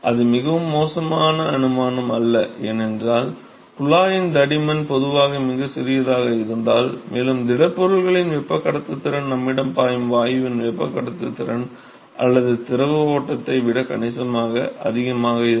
இது மிகவும் மோசமான அனுமானம் அல்ல ஏனென்றால் குழாயின் தடிமன் பொதுவாக மிகச் சிறியதாக இருந்தால் மேலும் திடப்பொருளின் வெப்பக் கடத்துத்திறன் நம்மிடம் பாயும் வாயுவின் வெப்பக் கடத்துத்திறன் அல்லது திரவ ஓட்டத்தை விட கணிசமாக அதிகமாக இருக்கும்